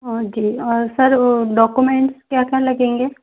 और ये और सर वो डॉकूमेंट डॉकूमेंट क्या क्या लगेंगे